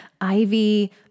Ivy